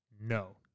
No